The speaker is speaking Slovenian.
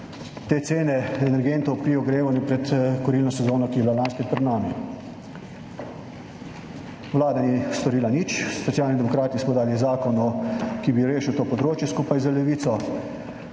te cene energentov pri ogrevanju pred kurilno sezono, ki je bila lansko leto pred nami. Vlada ni storila nič. Socialni demokrati smo dali zakon, ki bi rešil to področje, skupaj z Levico.